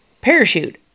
parachute